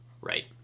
Right